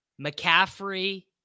McCaffrey